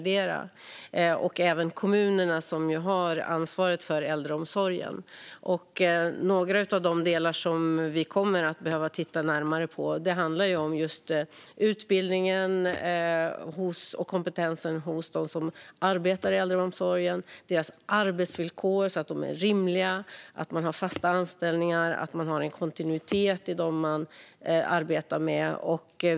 Detta gäller även kommunerna, som ju har ansvaret för äldreomsorgen. Några av de delar som vi kommer att behöva titta närmare på handlar om utbildningen och kompetensen hos dem som arbetar i äldreomsorgen, om att deras arbetsvillkor är rimliga, om att man har fasta anställningar och om att man har en kontinuitet i dem man arbetar med.